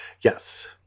Yes